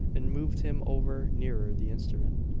and moved him over nearer the instrument.